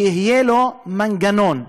שיהיה לו מנגנון,